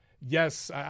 Yes